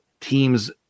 teams